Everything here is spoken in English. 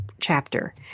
chapter